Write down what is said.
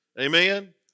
Amen